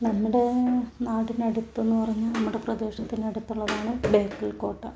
നമ്മുടേ നാടിനടുത്തെന്നു പറഞ്ഞാൽ നമ്മുടെ പ്രദേശത്തിനടുത്തുള്ളതാണ് ബേക്കൽ കോട്ട